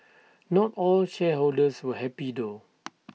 not all shareholders were happy though